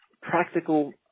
practical